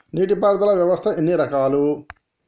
నీటి పారుదల వ్యవస్థ ఎన్ని రకాలు?